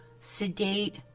sedate